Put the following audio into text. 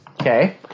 Okay